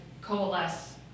coalesce